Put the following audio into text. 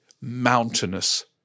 mountainous